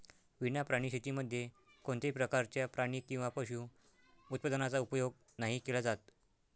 विना प्राणी शेतीमध्ये कोणत्याही प्रकारच्या प्राणी किंवा पशु उत्पादनाचा उपयोग नाही केला जात